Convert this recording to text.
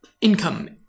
income